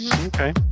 Okay